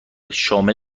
شامل